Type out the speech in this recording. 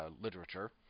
literature